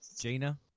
Gina